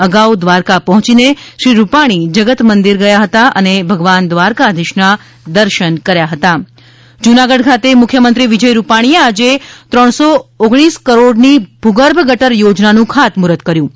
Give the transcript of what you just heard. અગાઉ દ્વારકા પહોંચીને શ્રી રૂપાણી જગત મંદીર ગયા હતા અને ભગવાન દ્વારકાધીશના દર્શન કર્યા હતા જુનાગઢ મુખ્યમંત્રી જુનાગઢ ખાતે મુખ્યમંત્રી શ્રી વિજય રૂપાણી એ આજે ત્રણસો ઓગણીસ કરોડની ભૂગર્ભ ગટર યોજનાનું ખાત મહૂર્ત કર્યું હતું